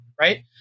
right